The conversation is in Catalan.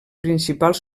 principals